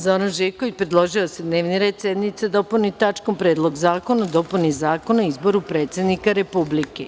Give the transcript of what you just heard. Zoran Živković, predložio je da se dnevni red sednice dopuni tačkom – Predlog zakona o dopuni zakona o izboru predsednika Republike.